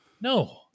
No